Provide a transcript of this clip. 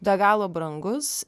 be galo brangus